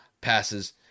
passes